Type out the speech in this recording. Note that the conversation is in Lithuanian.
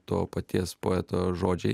to paties poeto žodžiai